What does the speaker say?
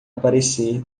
aparecer